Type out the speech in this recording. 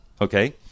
Okay